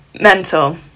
mental